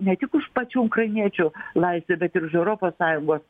ne tik už pačių ukrainiečių laisvę bet ir už europos sąjungos